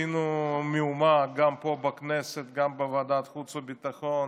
עשינו מהומה גם פה, בכנסת, גם בוועדת חוץ וביטחון,